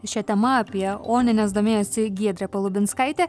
šia tema apie onines domėjosi giedrė palubinskaitė